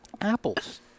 apples